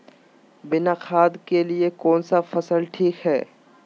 बिना खाद के लिए कौन सी फसल ठीक है?